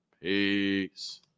Peace